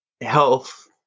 health